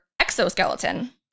exoskeleton